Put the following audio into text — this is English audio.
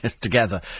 together